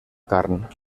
carn